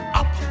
up